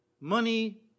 Money